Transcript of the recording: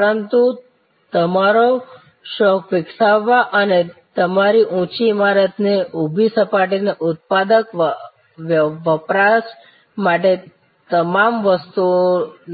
પરંતુ તમરો શોખ વિકસાવવા અને તમારી ઊંચી ઇમારતની ઊભી સપાટીને ઉત્પાદક વપરાશ માટે તમામ વસ્તુ